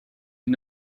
une